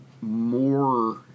more